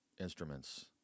instruments